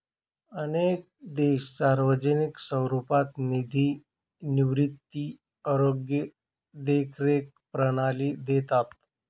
अनेक देश सार्वजनिक स्वरूपात निधी निवृत्ती, आरोग्य देखरेख प्रणाली देतात